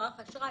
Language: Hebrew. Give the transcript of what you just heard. מערך האשראי,